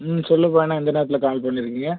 ம் சொல்லுப்பா என்ன இந்த நேரத்தில் கால் பண்ணியிருக்கிங்க